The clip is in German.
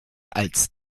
als